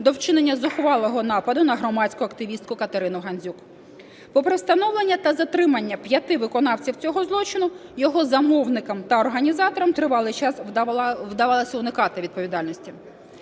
до вчинення зухвалого нападу на громадську активістку Катерину Гандзюк. Попри встановлення та затримання п'яти виконавців цього злочину, його замовникам та організаторам тривалий час вдавалося уникати відповідальності.